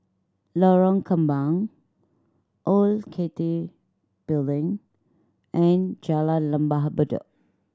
Lorong Kembang Old Cathay Building and Jalan Lembah Bedok